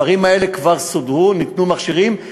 הדברים האלה כבר סודרו וניתנו מכשירים.